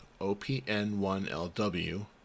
OPN1LW